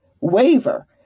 waver